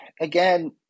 again